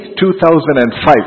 2005